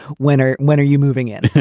when are when are you moving it?